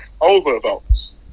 overvotes